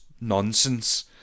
nonsense